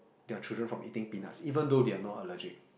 their children from eating peanuts even though they are not allergic